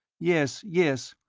yes, yes.